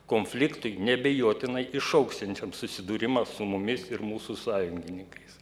konfliktui neabejotinai išaugsiančiam susidūrimas su mumis ir mūsų sąjungininkais